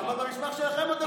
אבל במסמך שלכם אתם,